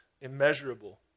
immeasurable